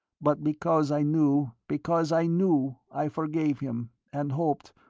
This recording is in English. but because i knew because i knew i forgave him, and hoped,